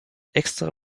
extra